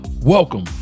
Welcome